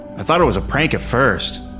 i thought it was a prank at first.